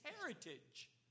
heritage